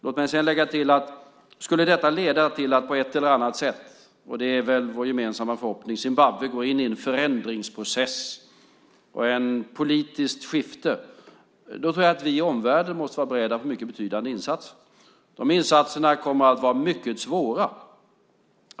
Låt mig sedan lägga till att om detta skulle leda till att Zimbabwe - det är väl vår gemensamma förhoppning - på ett eller annat sätt går in i en förändringsprocess och ett politiskt skifte tror jag att vi i omvärlden måste vara beredda på mycket betydande insatser. De insatserna kommer att vara mycket svåra.